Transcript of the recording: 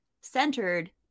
centered